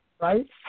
Right